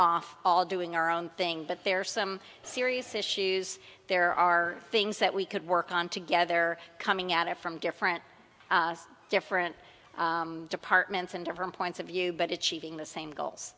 off all doing our own thing but there are some serious issues there are things that we could work on together coming at it from different different departments and different points of view but it's cheating the same goals